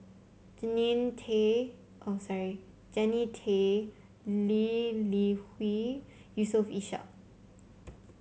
Jannie Tay oh sorry Jannie Tay Lee Li Hui Yusof Ishak